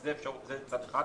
וזה צד אחד.